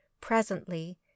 Presently